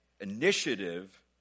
initiative